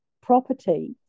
property